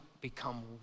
become